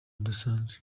rudasanzwe